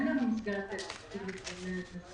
אין לנו מסגרת תקציבית לזה.